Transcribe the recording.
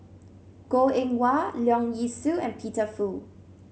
Goh Eng Wah Leong Yee Soo and Peter Fu